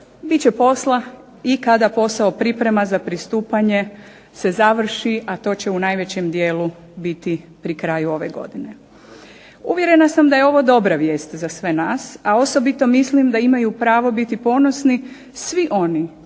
će posla i kada posao priprema za pristupanje se završi, a to će u najvećem dijelu biti pri kraju ove godine. Uvjerena sam da je ovo dobra vijest za sve nas, a osobito mislim da imaju pravo biti ponosni svi oni koji